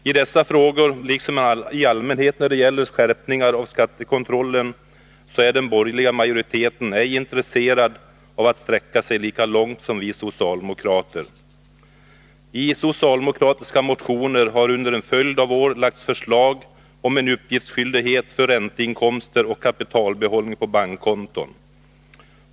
I dessa frågor, liksom i allmänhet när det gäller skärpningar av skattekontrollen, är den borgerliga majoriteten ej intresserad av att sträcka sig lika långt som vi socialdemokrater. I socialdemokratiska motioner har under en följd av år lagts fram förslag om en uppgiftsskyldighet i fråga om ränteinkomster och kapitalbehållning på bankkonton.